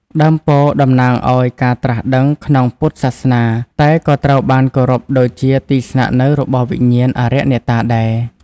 ដើមពោធិ៍តំណាងឱ្យការត្រាស់ដឹងក្នុងពុទ្ធសាសនា តែក៏ត្រូវបានគោរពដូចជាទីស្នាក់នៅរបស់វិញ្ញាណ អារក្សអ្នកតាដែរ។